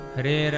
Hare